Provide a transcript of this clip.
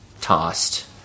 tossed